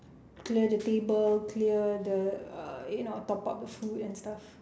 clear the table clear the uh you know top up the food and stuff